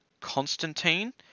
Constantine